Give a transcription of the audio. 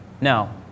Now